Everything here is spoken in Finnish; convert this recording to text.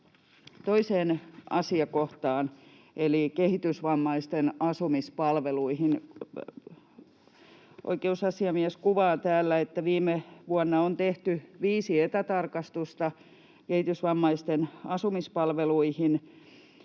toiseen asiakohtaan eli kehitysvammaisten asumispalveluihin. Oikeusasiamies kuvaa täällä, että viime vuonna on tehty viisi etätarkastusta kehitysvammaisten asumispalveluihin,